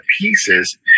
pieces